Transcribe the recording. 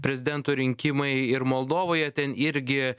prezidento rinkimai ir moldovoje ten irgi